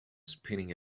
spinning